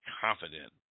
confident